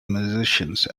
musicians